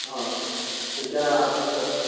ہاں تو کیا آپ مجھے بتا سکتے